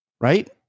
Right